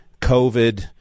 COVID